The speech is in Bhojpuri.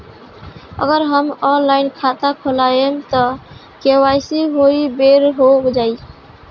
अगर हम ऑनलाइन खाता खोलबायेम त के.वाइ.सी ओहि बेर हो जाई